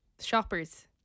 Shoppers